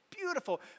beautiful